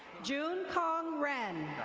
june khan ren.